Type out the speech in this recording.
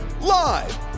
Live